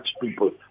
people